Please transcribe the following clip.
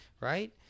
right